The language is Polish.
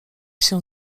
się